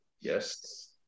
Yes